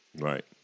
Right